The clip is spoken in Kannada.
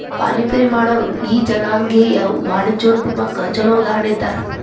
ಪಾನಿಪುರಿ ಮಾಡೊರು ಈ ಜನಾಂಗೇಯ ವಾಣಿಜ್ಯೊದ್ಯಮಕ್ಕ ಛೊಲೊ ಉದಾಹರಣಿ ಇದ್ದಾರ